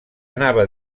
anava